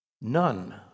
None